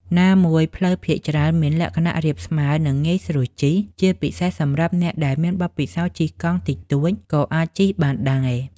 ណាមួយផ្លូវភាគច្រើនមានលក្ខណៈរាបស្មើ និងងាយស្រួលជិះ ជាពិសេសសម្រាប់អ្នកដែលមានបទពិសោធន៍ជិះកង់តិចតួចក៏អាចជិះបានដែរ។